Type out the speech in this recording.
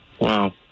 Wow